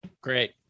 great